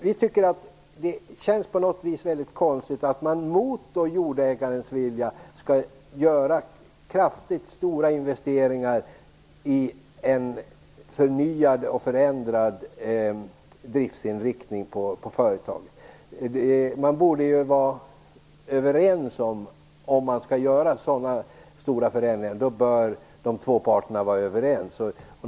Det känns på något sätt väldigt konstigt att man mot jordägarens vilja skall genomföra stora investeringar i en förnyad och förändrad driftsinriktning på företaget. Om så stora förändringar skall genomföras bör de två parterna vara överens.